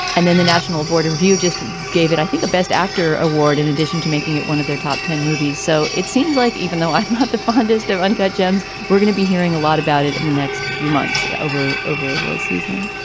and then the national board of view just gave it, i think, a best actor award in addition to making it one of their top ten movies. so it seems like even though i'm not the funders of uncut gems, we're gonna be hearing a lot about it in the next few months over over awards season